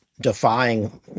defying